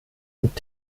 und